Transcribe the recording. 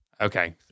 Okay